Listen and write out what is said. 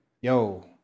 Yo